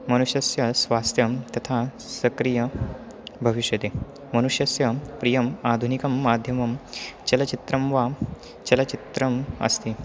मनुष्यस्य स्वास्थ्यं तथा सक्रियं भविष्यति मनुष्यस्य प्रियम् आधुनिकं माध्यमं चलचित्रं वा चलचित्रम् अस्ति